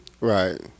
Right